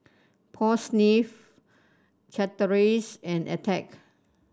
Paul Smith Chateraise and Attack